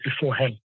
beforehand